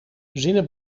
zinnen